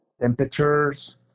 temperatures